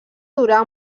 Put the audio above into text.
durar